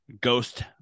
Ghost